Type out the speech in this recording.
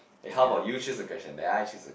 eh how about you choose a question then I choose a